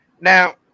Now